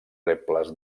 rebles